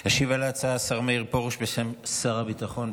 ישיב על ההצעה השר מאיר פרוש, בשם שר הביטחון.